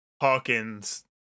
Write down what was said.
Hawkins